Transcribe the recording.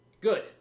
Good